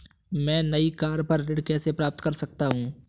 मैं नई कार पर ऋण कैसे प्राप्त कर सकता हूँ?